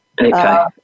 Okay